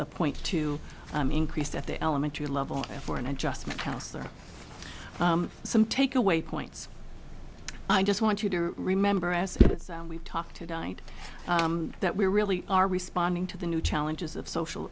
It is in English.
a point to increase at the elementary level for an adjustment house or some take away points i just want you to remember as we talk to dine that we really are responding to the new challenges of social